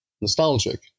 nostalgic